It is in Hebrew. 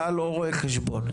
אתה לא רואה חשבון,